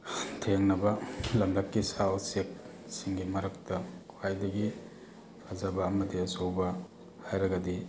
ꯊꯦꯡꯅꯕ ꯂꯝꯂꯛꯀꯤ ꯁꯥ ꯎꯆꯦꯛꯁꯤꯡꯒꯤ ꯃꯔꯛꯇ ꯈ꯭ꯋꯥꯏꯗꯒꯤ ꯐꯖꯕ ꯑꯃꯗꯤ ꯑꯆꯧꯕ ꯍꯥꯏꯔꯒꯗꯤ